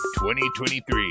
2023